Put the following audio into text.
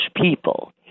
people